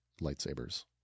lightsabers